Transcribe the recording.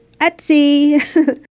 Etsy